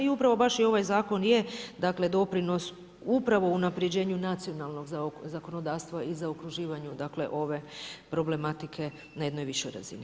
I upravo baš i ovaj zakon je doprinos upravo unapređenju nacionalnog zakonodavstva i zaokruživanju ove problematike na jednoj višoj razini.